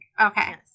Okay